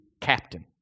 captain